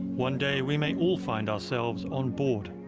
one day we may all find ourselves on board.